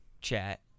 chat